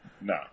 No